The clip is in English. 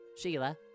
Sheila